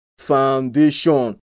Foundation